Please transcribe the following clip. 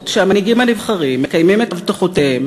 שהמנהיגים הנבחרים מקיימים את הבטחותיהם,